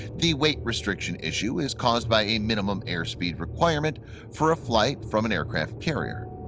the weight restriction issue is caused by a minimum airspeed requirement for a flight from an aircraft carrier.